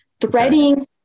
threading